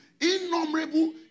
Innumerable